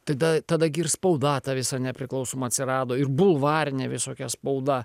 tada tada gi ir spauda ta visa nepriklausoma atsirado ir bulvarinė visokia spauda